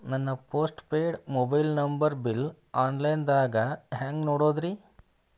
ನನ್ನ postpaid mobile number bill, online ದಾಗ ಹ್ಯಾಂಗ್ ನೋಡೋದ್ರಿ?